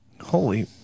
holy